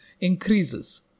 increases